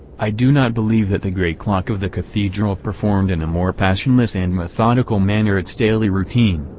i do not believe that the great clock of the cathedral performed in a more passionless and methodical manner its daily routine,